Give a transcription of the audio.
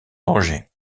danger